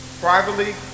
privately